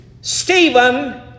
Stephen